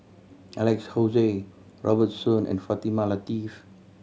Alex Josey Robert Soon and Fatimah Lateef